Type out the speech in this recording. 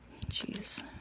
Jeez